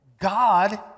God